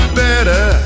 better